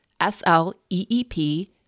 s-l-e-e-p